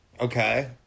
Okay